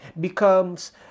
becomes